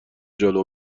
جلو